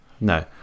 No